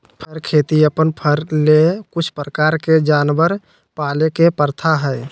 फर खेती अपन फर ले कुछ प्रकार के जानवर पाले के प्रथा हइ